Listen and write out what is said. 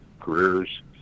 careers